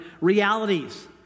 realities